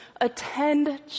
attend